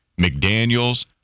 McDaniels